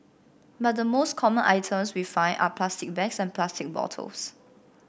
but the most common items we find are plastic bags and plastic bottles